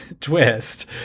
twist